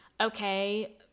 okay